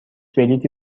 بلیطی